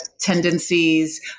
tendencies